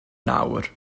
nawr